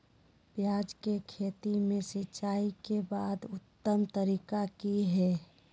प्याज के खेती में सिंचाई के सबसे उत्तम तरीका की है?